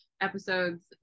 episodes